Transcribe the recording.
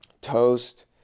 toast